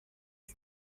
aho